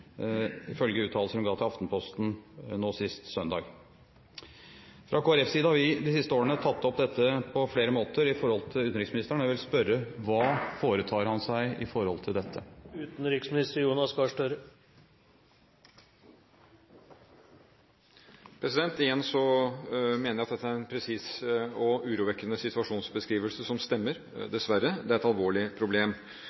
ifølge uttalelser hun ga til Aftenposten sist søndag. Fra Kristelig Folkepartis side har vi de siste årene tatt opp dette på flere måter med utenriksministeren, og jeg vil spørre: Hva foretar han seg når det gjelder dette? Igjen mener jeg at dette er en presis og urovekkende situasjonsbeskrivelse som stemmer